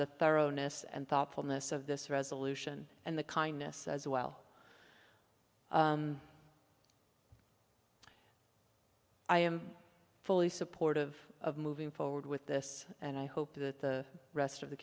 the thoroughness and thoughtfulness of this resolution and the kindness as well i am fully supportive of moving forward with this and i hope the rest of the